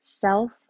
Self